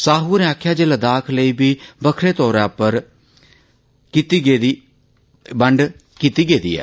साहू होरें आक्खेआ ऐ जे लद्दाख लेई बी बक्खरे तौर उप्पर बंड कीती गेदी ऐ